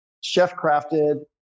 chef-crafted